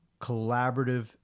collaborative